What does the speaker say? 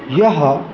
यः